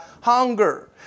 hunger